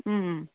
ಹ್ಞೂ